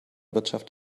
wirtschaft